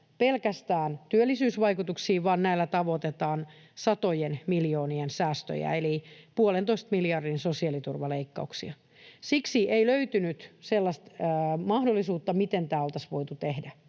pelkästään työllisyysvaikutuksia vaan näillä tavoitellaan satojen miljoonien säästöjä eli puolentoista miljardin sosiaaliturvaleikkauksia. Siksi ei löytynyt sellaista mahdollisuutta, miten tämä oltaisiin voitu tehdä.